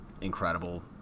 incredible